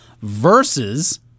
versus